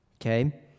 Okay